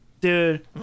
Dude